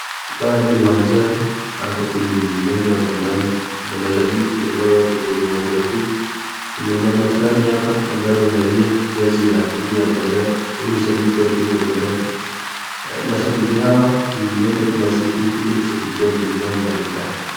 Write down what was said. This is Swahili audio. Hapa ni uwanjani wa kandanda na hapa kuna mashabiki ambao wako kwenye uwanja huu, kuna mama moja hapa ambaye amevalia jezi ya timu ya bandari, yeye ni shabiki wa timu ya bandari, mashabiki hawa huenda kila siku ili kushabikia matimu mbali mbali.